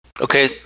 Okay